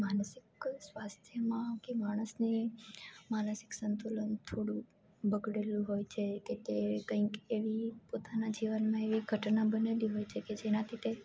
માનસિક સ્વાસ્થ્યમાં કે માણસને માનસિક સંતુલન થોડુંક બગડેલું હોય છે કે કે કંઈક એવી પોતાના જીવનમાં એવી ઘટના બનેલી હોય છે કે જેનાથી તે